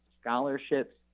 scholarships